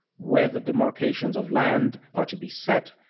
where the demarcations of land are to be set,